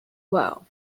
well